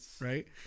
right